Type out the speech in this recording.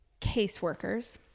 caseworkers